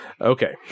Okay